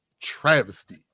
travesty